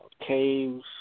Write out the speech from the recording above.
Caves